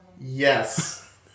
Yes